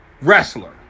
wrestler